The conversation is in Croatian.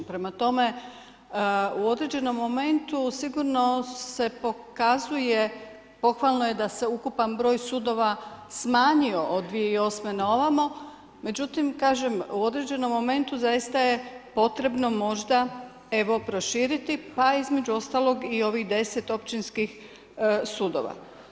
Prema tome, u određenom momentu sigurno se pokazuje, pohvalno je da se ukupan broj smanjio od 2008. na ovamo, međutim kažem u određenu momentu zaista je potrebno možda evo proširiti pa između ostalog i ovih 10 općinskih sudova.